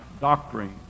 doctrine